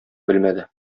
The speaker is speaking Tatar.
белмәде